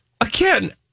again